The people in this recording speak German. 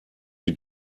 die